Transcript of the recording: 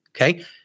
okay